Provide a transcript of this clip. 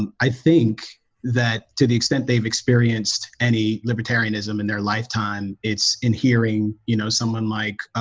um i think that to the extent they've experienced any libertarianism in their lifetime. it's in hearing, you know, someone like